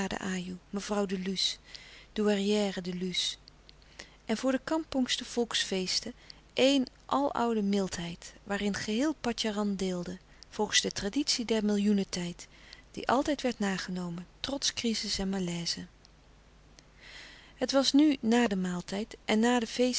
de luce douairière de luce en voor de kampongs de volksfeesten een al oude mildheid waarin geheel patjaram deelde volgens de traditie der millioenentijd die altijd werd nagekomen trots crizis en malaise het was nu na den maal tijd en na de